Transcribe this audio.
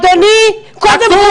אדוני, אדוני, קודם כול